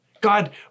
God